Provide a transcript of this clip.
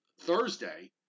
Thursday